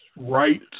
Right